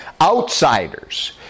outsiders